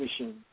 machine